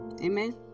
amen